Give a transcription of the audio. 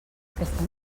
aquesta